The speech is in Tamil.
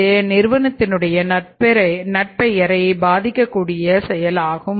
இது நிறுவனத்துடைய நற்பெயரை பாதிக்கக்கூடிய செயலாகும்